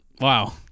wow